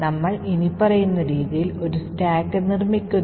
നമ്മൾ ഇനിപ്പറയുന്ന രീതിയൽ ഒരു സ്റ്റാക്ക് നിർമ്മിക്കുന്നു